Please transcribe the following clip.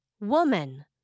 Woman